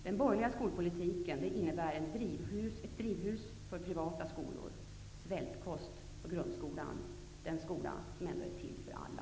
Den borgerliga skolpolitiken innebär ett drivhus för privata skolor och svältkost för grundskolan, den skola som ändå är till för alla.